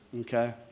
okay